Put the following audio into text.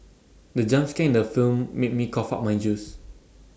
the jump scare in the film made me cough out my juice